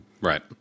Right